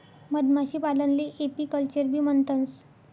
मधमाशीपालनले एपीकल्चरबी म्हणतंस